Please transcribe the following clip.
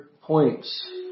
points